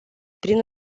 prin